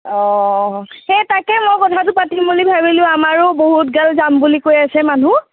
অঁ সেই তাকেই মই কথাটো পাতিম বুলি ভাবিলোঁ আমাৰো বহুতগাল যাম বুলি কৈ আছে মানুহ